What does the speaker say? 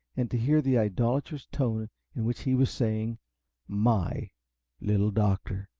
and to hear the idolatrous tone in which he was saying my little doctor!